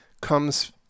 comes